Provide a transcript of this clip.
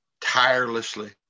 tirelessly